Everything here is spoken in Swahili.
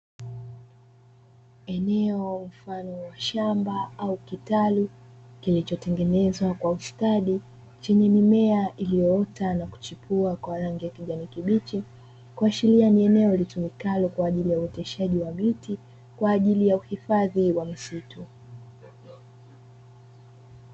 Eneo mfano wa shamba au kitalu kilichotengenezwa kwa ustadi, chenye mimea iliyoota na kuchipua kwa rangi ya kijani kibichi kuashiria ni eneo litumikalo kwa ajili ya uoteshaji wa miti; kwa ajili ya uhifadhi wa misitu.